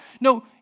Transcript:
No